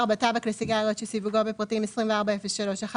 טבק לסיגריות שסיווגו בפרטים 24.03.191000,